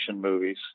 movies